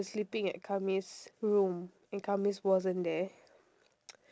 we were sleeping at khamis room and khamis wasn't there